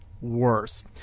worse